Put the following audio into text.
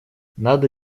надо